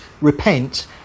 repent